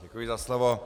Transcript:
Děkuji za slovo.